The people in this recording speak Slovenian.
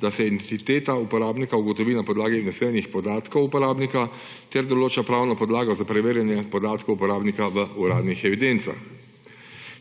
da se identiteta uporabnika ugotovi na podlagi vnesenih podatkov uporabnika ter določa pravna podlaga za preverjanje podatkov uporabnika v uradnih evidencah.